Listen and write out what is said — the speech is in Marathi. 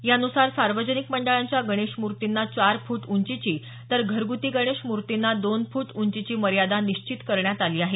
यानुसार सार्वजनिक मंडळांच्या गणेश मूर्तींना चार फुट उंचीची तर घरगुती गणेश मूर्तींना दोन फुट उंचीची मर्यादा निश्चित करण्यात आली आहे